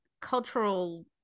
cultural